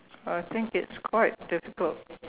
I think it's quite difficult